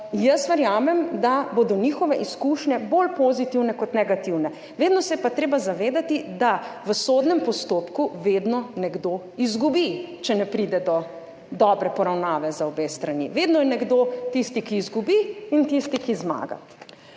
jaz verjamem, da bodo njihove izkušnje bolj pozitivne kot negativne, vedno se je pa treba zavedati, da v sodnem postopku vedno nekdo izgubi, če ne pride do dobre poravnave za obe strani. Vedno je nekdo tisti, ki izgubi, in tisti, ki zmaga.